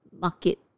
market